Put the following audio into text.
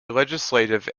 legislative